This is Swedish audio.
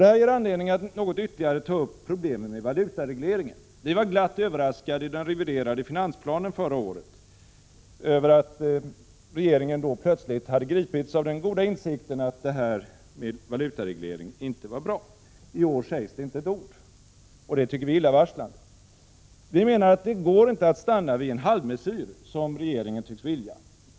Detta ger anledning att något ytterligare ta upp problemen med valutaregleringen. Vi var glatt överraskade när regeringen i den reviderade finansplanen förra året plötsligt hade nått den goda insikten att det här med valutareglering inte var bra. I år sägs det inte ett ord om detta, och det tycker vi är illavarslande. Vi menar att det inte går att stanna vid en halvmesyr, som regeringen tycks vilja.